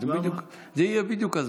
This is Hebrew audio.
זה יהיה בדיוק הזמן.